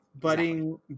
budding